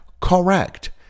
correct